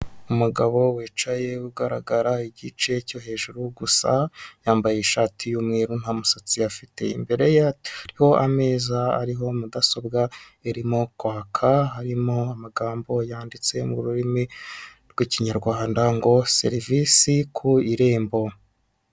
Umugabo wicaye ugaragara igice cyo hejuru gusa yambaye ishati y'umweru nta musatsi afite imbere ye hariho ameza ariho mudasobwa irimo kwaka harimo amagambo yanditse mu rurimi rw'ikinyarwanda ngo serivisi ku irembo.